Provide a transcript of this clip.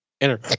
enter